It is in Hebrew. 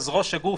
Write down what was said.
אז ראש הגוף,